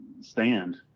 stand